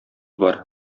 бар